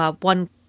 one